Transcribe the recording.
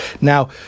now